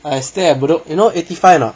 I stay at bedok you know eighty five a not